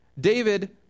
David